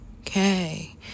okay